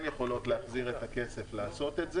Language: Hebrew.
יכולות להחזיר את הכסף לעשות את זה.